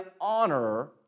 honor